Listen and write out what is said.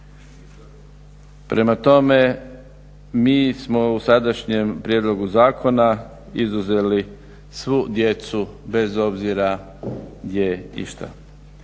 prema tome mi smo u sadašnjem prijedlogu zakona izuzeli svu djecu bez obzira gdje i šta.